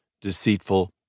deceitful